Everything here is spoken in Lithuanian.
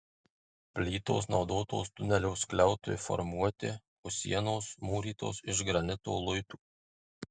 plytos naudotos tunelio skliautui formuoti o sienos mūrytos iš granito luitų